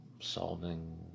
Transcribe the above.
solving